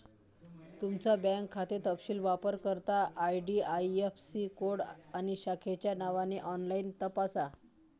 तुमचा बँक खाते तपशील वापरकर्ता आई.डी.आई.ऍफ़.सी कोड आणि शाखेच्या नावाने ऑनलाइन तपासा